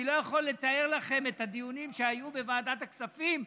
אני לא יכול לתאר לכם את הדיונים שהיו בוועדת הכספים.